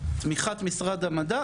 תמיכת משרד המדע,